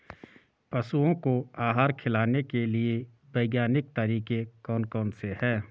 पशुओं को आहार खिलाने के लिए वैज्ञानिक तरीके कौन कौन से हैं?